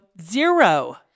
zero